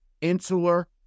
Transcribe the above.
insular